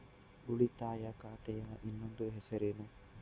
ಉಳಿತಾಯ ಖಾತೆಯ ಇನ್ನೊಂದು ಹೆಸರೇನು?